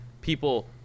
people